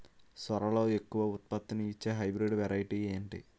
సోరలో ఎక్కువ ఉత్పత్తిని ఇచే హైబ్రిడ్ వెరైటీ ఏంటి?